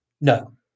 no